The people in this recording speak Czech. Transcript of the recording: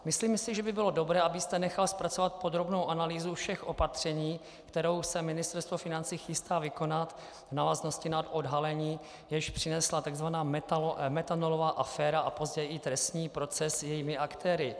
Myslím si, že by bylo dobré, abyste nechal zpracovat podrobnou analýzu všech opatření, kterou se Ministerstvo financí chystá vykonat v návaznosti na odhalení, jež přinesla takzvaná metanolová aféra a později i trestní proces s jejími aktéry.